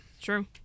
True